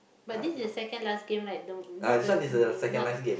but this is second last game right the not the not